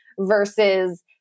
versus